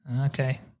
Okay